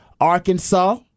Arkansas